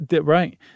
Right